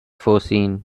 foreseen